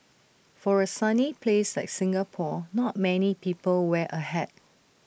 for A sunny place like Singapore not many people wear A hat